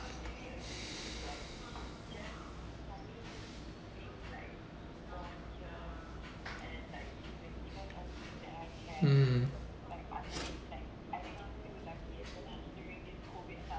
mm